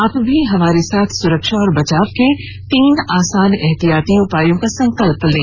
आप भी हमारे साथ सुरक्षा और बचाव के तीन आसान एहतियाती उपायों का संकल्प लें